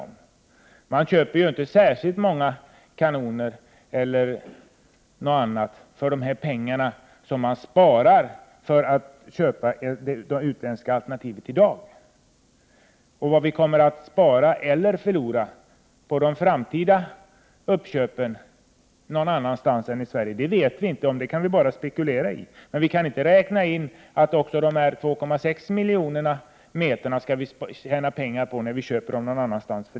Man köper inte särskilt många kanoner för de pengar man sparar genom att välja det utländska alternativet i dag. Vad vi kommer att spara eller förlora på de framtida uppköpen någon annanstans än i Sverige vet vi inte. Det kan vi bara spekulera i. Men vi kan inte räkna med att vi skall tjäna pengar på att köpa dessa 2,6 miljoner meter någon annanstans.